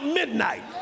midnight